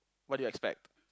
what do you expect